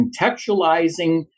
contextualizing